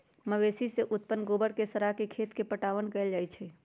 मवेशी से उत्पन्न गोबर के सड़ा के खेत में पटाओन कएल जाइ छइ